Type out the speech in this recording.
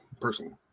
personally